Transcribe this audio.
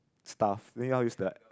stuff